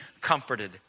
comforted